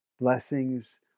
Blessings